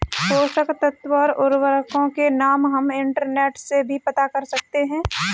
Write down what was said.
पोषक तत्व और उर्वरकों के नाम हम इंटरनेट से भी पता कर सकते हैं